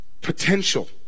potential